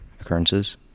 occurrences